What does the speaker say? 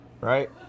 right